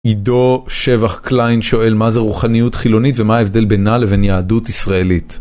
עידו שבח קליין שואל, מה זה רוחניות חילונית ומה ההבדל בינה לבין יהדות ישראלית?